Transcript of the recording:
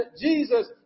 Jesus